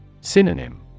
Synonym